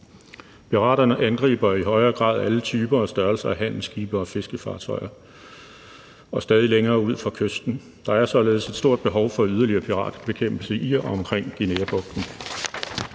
Piraterne angriber i højere grad alle typer og størrelser af handelsskibe og fiskerfartøjer, og stadig længere ud fra kysten. Der er således et stort behov for yderligere piratbekæmpelse i og omkring Guineabugten.